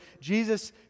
Jesus